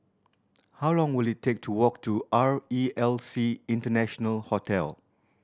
how long will it take to walk to R E L C International Hotel